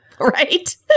right